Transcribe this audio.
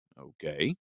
Okay